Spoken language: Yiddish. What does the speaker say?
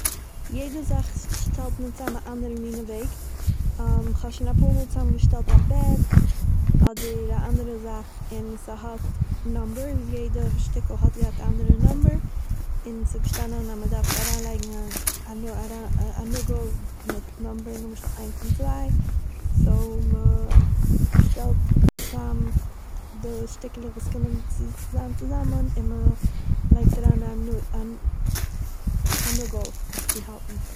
יעדער זאך שטעלט מען צוזאם אין אן אנדערע מין וועג, כ'האב שוין א פאר מאל צוזאמגעשטעלט א בעט, אדער א אנדערע זאך און ס'האט נאמבערס; יעדערע שטיקל האט געהאט אנדערע נאמבער, און ס'איז געשטאנען אז מ'דארף אריינלייגן א נא- א נאגל מיט נאמבער למשל איינס און צוויי, סו, מ'שטעלט צוזאם די שטיקעלעך וואס קומען צו זיין צוזאמען און מ'לייגט אריין א נא- א נאגל עס צו האלטן